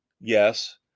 yes